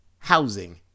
Housing